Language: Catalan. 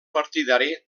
partidari